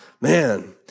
Man